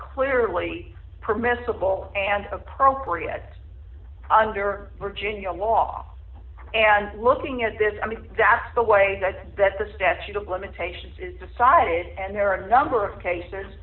clearly permissible and appropriate under virginia law and looking at this i mean that's the way that the statute of limitations is decided and there are a number of cases